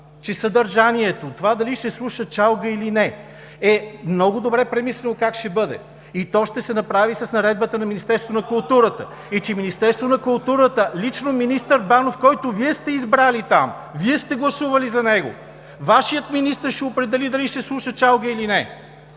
че съдържанието – това дали се слуша чалга, или не, е много добре премислено как ще бъде, и то ще се направи с наредба на Министерството на културата. Министерството на културата, лично министър Банов, който Вие сте избрали, гласували сте за него – Вашият министър, ще определи дали ще се слуша чалга, или не.